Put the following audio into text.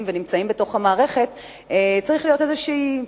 ונמצאים בתוך המערכת צריכה להיות איזושהי,